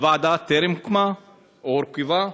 הוועדה טרם הוקמה או הורכבה.